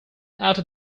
after